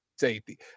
Safety